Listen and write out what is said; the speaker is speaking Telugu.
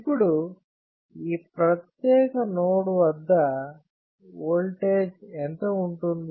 ఇప్పుడు ఈ ప్రత్యేక నోడ్ వద్ద ఓల్టేజ్ ఎంత ఉంటుంది